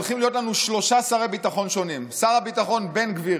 הולכים להיות לנו שלושה שרי ביטחון שונים: שר הביטחון בן גביר,